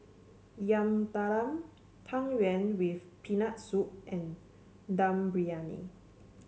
Yam Talam Tang Yuen with Peanut Soup and Dum Briyani